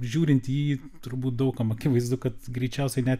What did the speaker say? žiūrint į jį turbūt daug kam akivaizdu kad greičiausiai net